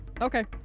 Okay